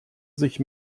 sich